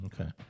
Okay